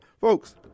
folks